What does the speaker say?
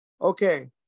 okay